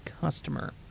customer